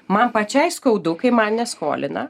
man pačiai skaudu kai man neskolina